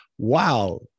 Wow